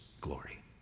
glory